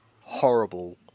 horrible